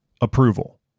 Approval